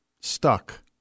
stuck